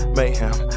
mayhem